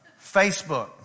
Facebook